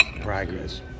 Progress